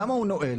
למה הוא נואל?